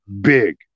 big